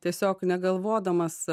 tiesiog negalvodamas